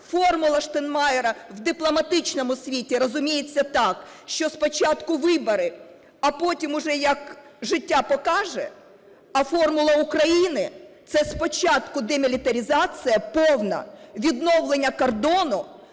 "формула Штайнмайєра" в дипломатичному світі розуміється так, що спочатку вибори, а потім вже, як життя покаже, а формула України – це спочатку демілітаризація повна, відновлення кордону,